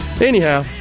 Anyhow